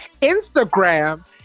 Instagram